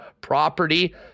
property